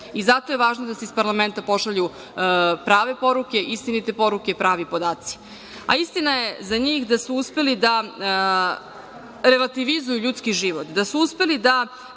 Zato je važno da se iz parlamenta pošalju prave poruke, istinite poruke i pravi podaci. Istina je za njih da su uspeli da relativizuju ljudski život, da su uspeli da